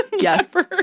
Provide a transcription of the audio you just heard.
yes